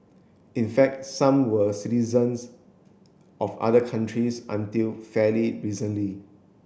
in fact some were citizens of other countries until fairly recently